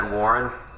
Warren